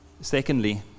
Secondly